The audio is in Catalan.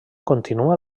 continua